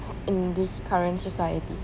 in this current society